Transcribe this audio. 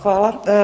Hvala.